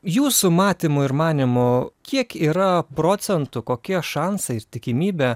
jūsų matymu ir manymu kiek yra procentų kokie šansai tikimybė